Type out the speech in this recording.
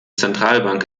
zentralbank